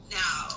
now